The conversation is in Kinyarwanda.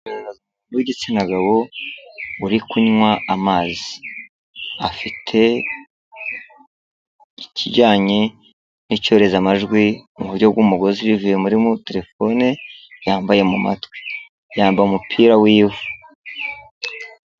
Umugabo w'igitsina gabo uri kunywa amazi. Afite ikijyanye n'icyohereza amajwi mu buryo bw'umugozi bivuye muri terefone yambaye mu matwi yambaye umupira w'iwe.